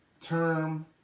term